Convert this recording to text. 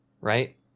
right